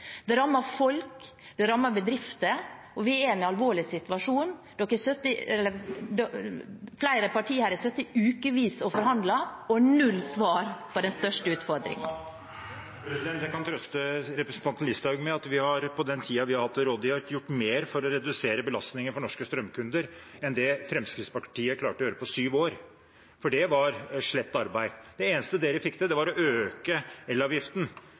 Det rammer folk, det rammer bedrifter, og vi er i en alvorlig situasjon. Flere partier har sittet i ukevis og forhandlet og har null svar på de største utfordringene. Då er tida ute. Jeg kan trøste representanten Listhaug med at vi, på den tiden vi har hatt til rådighet, har gjort mer for å redusere belastningen for norske strømkunder enn det Fremskrittspartiet klarte å gjøre på sju år, for det var slett arbeid. Det eneste man fikk til, var å øke elavgiften